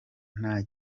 nta